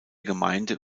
gemeinde